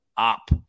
Up